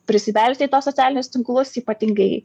prisibelsti į tuos socialinius tinklus ypatingai